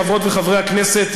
חברי וחברות הכנסת,